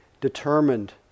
determined